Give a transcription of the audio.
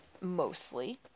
mostly